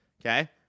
Okay